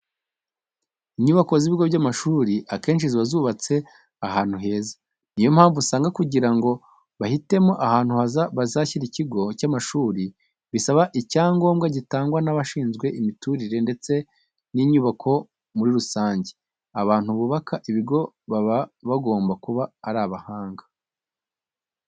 Inyubako z'ibigo by'amashuri akenshi ziba zubatse ahantu heza. Ni yo mpamvu usanga kugira ngo bahitemo ahantu bazashyira ikigo cy'amashuri bisaba icyangombwa gitangwa n'abashinzwe imiturire ndetse n'inyubako muri rusange. Abantu bubaka ibi bigo baba bagomba kuba ari abahanga.